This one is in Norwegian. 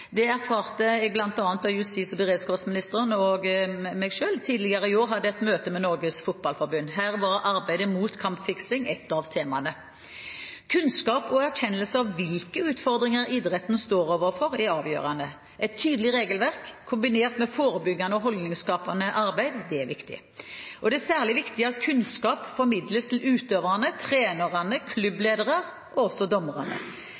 Det erfarte jeg bl.a. da justis- og beredskapsministeren og jeg tidligere i år hadde et møte med Norges Fotballforbund. Her var arbeidet mot kampfiksing et av temaene. Kunnskap og erkjennelse av hvilke utfordringer idretten står overfor, er avgjørende. Et tydelig regelverk, kombinert med forebyggende og holdningsskapende arbeid er viktig, og det er særlig viktig at kunnskap formidles til